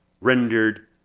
rendered